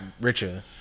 richer